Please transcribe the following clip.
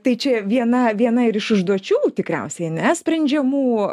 tai čia viena viena ir iš užduočių tikriausiai ane sprendžiamų